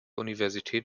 universität